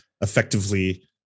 effectively